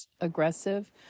aggressive